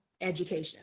education